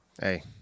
Hey